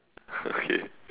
okay